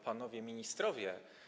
Panowie Ministrowie!